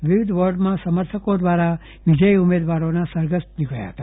વિવિધ વોર્ડમાં સમર્થકો દ્વારા વિજયી ઉમેદવારોના વિજયસરઘસ નીકળ્યા હતા